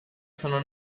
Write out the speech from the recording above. sono